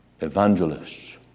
evangelists